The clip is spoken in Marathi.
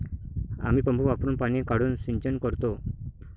आम्ही पंप वापरुन पाणी काढून सिंचन करतो